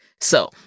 So-